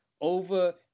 over